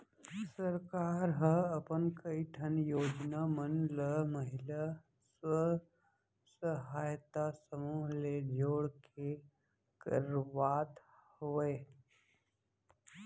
सरकार ह अपन कई ठन योजना मन ल महिला स्व सहायता समूह ले जोड़ के करवात हवय